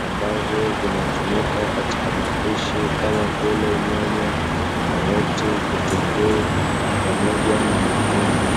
ambavyo vinatumika katika mapishi, kama vile: nyanya, karoti, kitunguu pamoja na matunda.